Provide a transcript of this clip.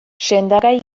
sendagai